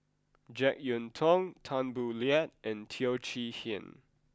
Jek Yeun Thong Tan Boo Liat and Teo Chee Hean